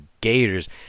Gators